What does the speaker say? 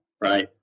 Right